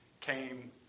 came